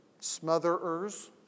smotherers